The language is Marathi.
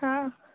हां